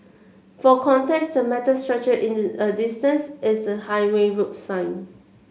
for context the metal structure in the a distance is a highway road sign